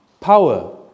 Power